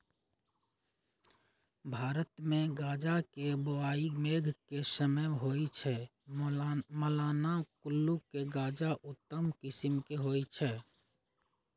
भारतमे गजा के बोआइ मेघ के समय होइ छइ, मलाना कुल्लू के गजा उत्तम किसिम के होइ छइ